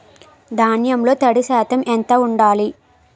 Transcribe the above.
ధాన్యంలో తడి శాతం ఎంత ఉండాలి?